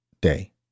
day